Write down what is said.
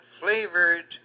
flavored